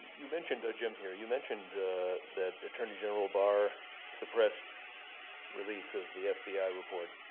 you mentioned, jim here, you mentioned that attorney general barr suppressed release of the fbi report.